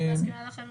ואני גם מזכירה לכם,